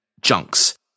junks